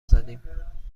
زدیم